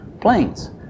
planes